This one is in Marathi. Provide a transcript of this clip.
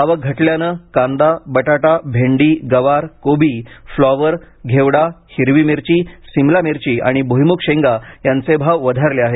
आवक घटल्याने कांदा बटाटा भेंडी गवार कोबी फ्लॉवर घेवडा हिरवी मिरची सिमला मिरची आणि भुईमुग शेंगा यांचे भाव वधारले आहेत